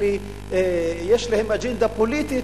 יש להם אג'נדה פוליטית.